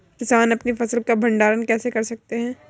किसान अपनी फसल का भंडारण कैसे कर सकते हैं?